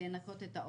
לנקות את האורוות,